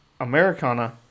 Americana